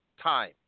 time